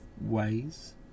ways